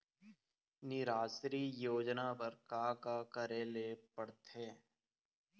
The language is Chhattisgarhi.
निराश्री योजना बर का का करे ले पड़ते?